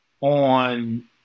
on